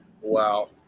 Wow